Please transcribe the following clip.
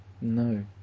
No